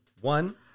one